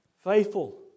faithful